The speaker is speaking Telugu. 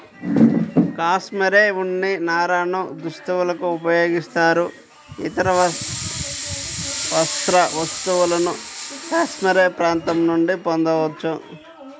కాష్మెరె ఉన్ని నారను దుస్తులకు ఉపయోగిస్తారు, ఇతర వస్త్ర వస్తువులను కాష్మెరె ప్రాంతం నుండి పొందవచ్చు